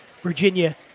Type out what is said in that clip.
Virginia